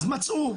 אז מצאו,